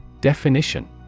Definition